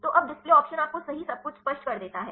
तो अब display option आपको सही सब कुछ स्पष्ट कर देता है